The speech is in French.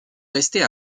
rester